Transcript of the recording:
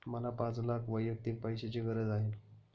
मला पाच लाख वैयक्तिक पैशाची गरज आहे